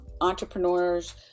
entrepreneurs